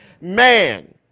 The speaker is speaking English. man